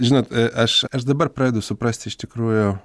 žinot aš aš dabar pradedu suprasti iš tikrųjų